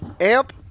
Amp